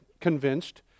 convinced